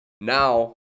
Now